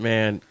Man